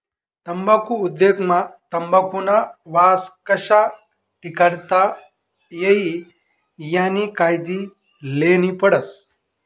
तम्बाखु उद्योग मा तंबाखुना वास कशा टिकाडता ई यानी कायजी लेन्ही पडस